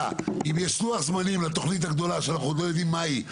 אם יש לוח זמנים לתוכנית הגדולה שאנחנו עוד לא יודעים מהי,